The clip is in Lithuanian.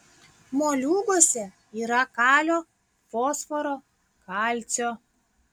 moliūguose yra kalio fosforo kalcio